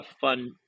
fun